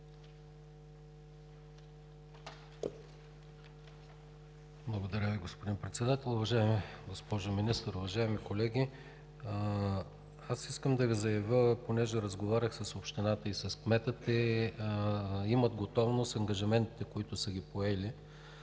Благодаря Ви, господин Председател. Уважаема госпожо Министър, уважаеми колеги! Аз искам да Ви заявя, понеже разговарях с общината и с кмета – те имат готовност ангажиментите, които са поели,